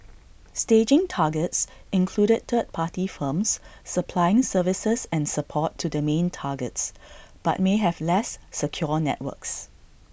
staging targets included third party firms supplying services and support to the main targets but may have less secure networks